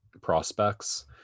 prospects